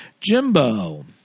Jimbo